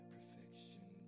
Perfection